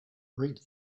rate